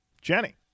Jenny